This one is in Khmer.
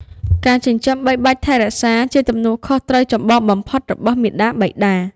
ការចិញ្ចឹមបីបាច់ថែរក្សាជាទំនួលខុសត្រូវចម្បងបំផុតរបស់មាតាបិតា។